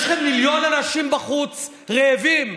יש לכם מיליון אנשים בחוץ, רעבים,